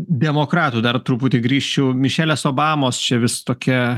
demokratų dar truputį grįščiau mišelės obamos čia vis tokia